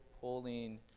pulling